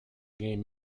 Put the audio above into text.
game